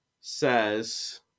says